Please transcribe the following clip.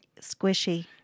Squishy